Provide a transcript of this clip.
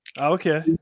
Okay